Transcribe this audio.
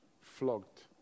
flogged